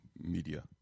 Media